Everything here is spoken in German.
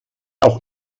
auch